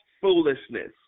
foolishness